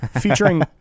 featuring